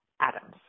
Adams